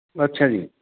ਅੱਛਾ ਜੀ